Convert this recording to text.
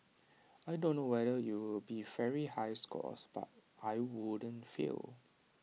I don't know whether it'll be very high scores but I won't fail